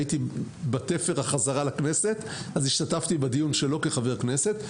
הייתי בתפר החזרה לכנסת אז השתתפתי בדיון שלא כחבר כנסת.